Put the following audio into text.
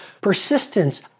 persistence